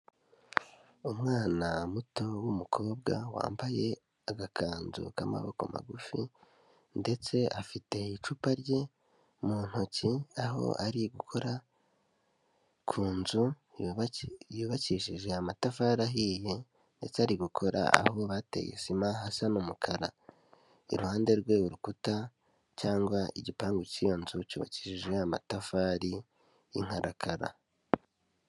Umwana muto w'umukobwa wambaye agakanzu k'amaboko magufi ndetse afite icupa rye mu ntoki aho ari gukora ku nzu yubakishije amatafari ahiye ndetse ari gukora aho bateye sima hasa n'umukara. Iruhande rwe urukuta cyangwa igipangu cy'iyo nzu cyubakishije amatafari y'inkarakara.